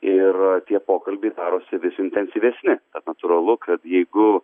ir tie pokalbiai darosi vis intensyvesni natūralu kad jeigu